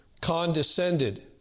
condescended